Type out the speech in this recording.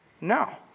No